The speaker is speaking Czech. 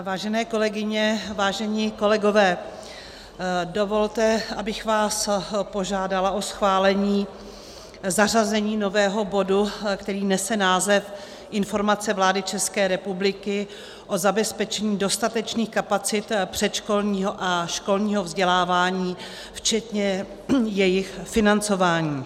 Vážené kolegyně, vážení kolegové, dovolte, abych vás požádala o schválení zařazení nového bodu, který nese název Informace vlády České republiky o zabezpečení dostatečných kapacit předškolního a školního vzdělávání včetně jejich financování.